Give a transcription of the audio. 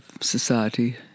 society